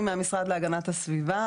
אני מהמשרד להגנת הסביבה,